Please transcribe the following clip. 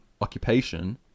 occupation